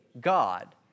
God